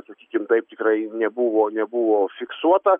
sakykim taip tikrai nebuvo nebuvo fiksuota